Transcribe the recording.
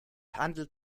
handelt